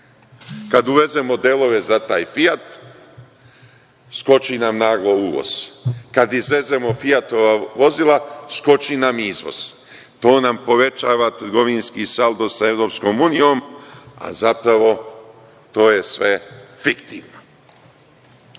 Kada uvezemo delove za taj Fijat, skoči nam naglu uvoz. Kada izvezem „Fijatova“ vozila, skoči nam izvoz. To nam povećava trgovinski saldo sa EU, a zapravo to je sve fiktivno. Rešenje